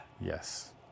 Yes